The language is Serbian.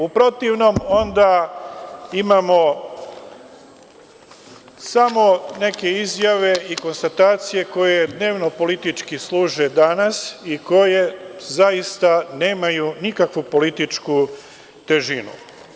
U protivnom onda imamo samo neke izjave i konstatacije koje dnevno-politički služe danas i koje zaista nemaju nikakvu političku težinu.